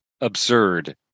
absurd